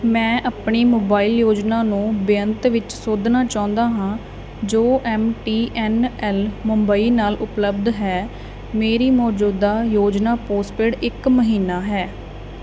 ਮੈਂ ਆਪਣੀ ਮੋਬਾਈਲ ਯੋਜਨਾ ਨੂੰ ਬੇਅੰਤ ਵਿੱਚ ਸੋਧਣਾ ਚਾਹੁੰਦਾ ਹਾਂ ਜੋ M T N L Mumbai ਨਾਲ ਉਪਲਬਧ ਹੈ ਮੇਰੀ ਮੌਜੂਦਾ ਯੋਜਨਾ ਪੋਸਟਪੇਡ ਇੱਕ ਮਹੀਨਾ ਹੈ